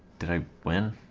do i win